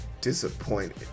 disappointed